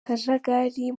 akajagari